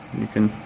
you can,